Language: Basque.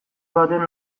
baten